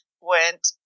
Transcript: went